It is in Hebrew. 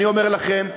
אני אומר לכם,